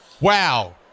Wow